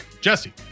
Jesse